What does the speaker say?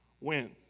win